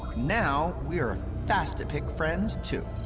now we're fastapic friends too.